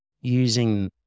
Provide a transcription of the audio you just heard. using